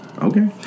Okay